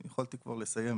יכולתי כבר לסיים.